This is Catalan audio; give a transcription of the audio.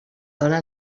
dóna